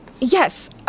Yes